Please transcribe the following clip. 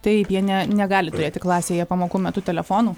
taip jie ne negali turėti klasėje pamokų metu telefonų